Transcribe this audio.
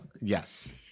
Yes